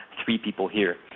three people here.